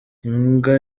imbwa